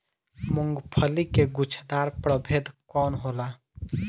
मूँगफली के गुछेदार प्रभेद कौन होला?